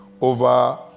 over